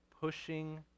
pushing